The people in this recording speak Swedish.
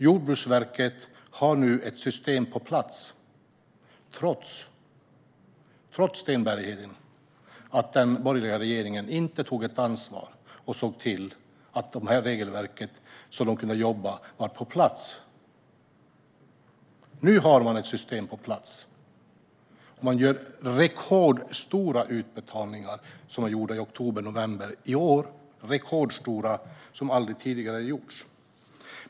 Jordbruksverket har nu ett system på plats, trots att den borgerliga regeringen inte tog sitt ansvar och såg till att regelverket, så att de kunde jobba, var på plats. Nu har man ett system på plats. Det är rekordstora utbetalningar gjorda i oktober och november i år - så stora har aldrig tidigare gjorts.